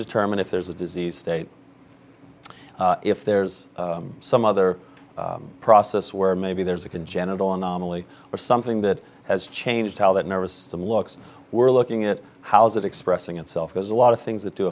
determine if there's a disease state if there's some other process where maybe there's a congenital anomaly or something that has changed how that nervous system looks we're looking at it how's it expressing itself there's a lot of things that do